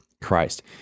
Christ